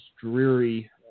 dreary